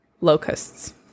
locusts